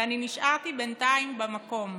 ואני נשארתי בינתיים במקום,